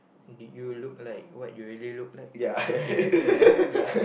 did you look like what you really look like on Tinder ya ya